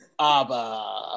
ABBA